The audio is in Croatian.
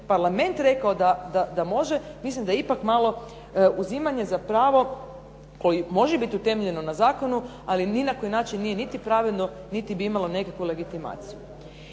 Parlament rekao da može mislim da ipak malo uzimanje za pravo koje može biti utemeljeno na zakonu, ali ni na koji način nije niti pravilno niti bi imalo nekakvu legitimaciju.